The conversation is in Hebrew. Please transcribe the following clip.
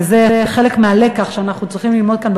וזה חלק מהלקח שאנחנו צריכים ללמוד כאן,